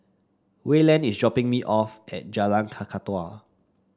Wayland is dropping me off at Jalan Kakatua